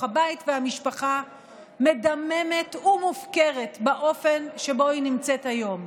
הבית והמשפחה מדממת ומופקרת באופן שבו היא נמצאת היום.